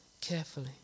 carefully